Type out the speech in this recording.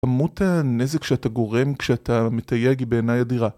כמות הנזק שאתה גורם כשאתה מתייג בעיניי אדירה